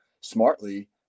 smartly